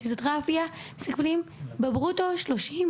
אם זה פיזיותרפיה הם מקבלים בברוטו 30,